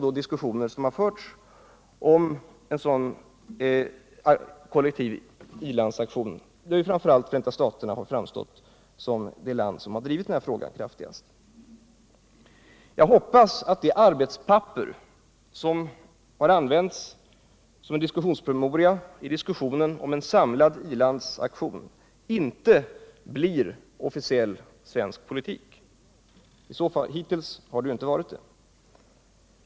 Diskussioner har sålunda förts om en kollektiv i-landsaktion, där framför allt Förenta staterna har framstått som det land som har drivit frågan kraftigast. Jag hoppas att det arbetspapper — den diskussionspromemoria — som har använts vid mötet med dess.k. likasinnade länderna i debatten om en samlad i-landsaktion inte blir officiell svensk politik; hittills har det inte varit det.